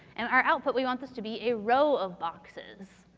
and our output, we want this to be a row of boxes.